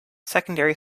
secondary